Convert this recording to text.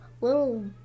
little